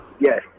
Yes